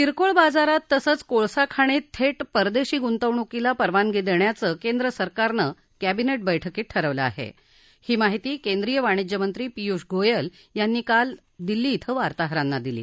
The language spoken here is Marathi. किरकोळ बाजारात तसंच कोळसा खाणीत थेट परदेशी गुंतवणुकीला परवानगी देण्याचं केंद्र सरकारनं कबिनेट बैठकीत ठरवलं हे अशी माहिती केंद्रीय वाणिज्यमंत्री पियुष गोयल यांनी काल दिल्ली इथं वार्ताहरांना दिली